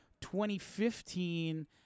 2015